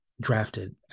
drafted